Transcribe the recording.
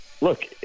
look